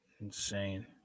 Insane